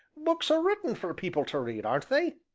books are written for people to read, aren't they?